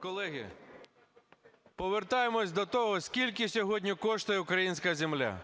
Колеги, повертаємось до того, скільки сьогодні коштує українська земля.